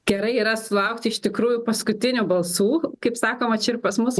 gerai yra sulaukti iš tikrųjų paskutinių balsų kaip sakoma čia ir pas mus